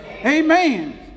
amen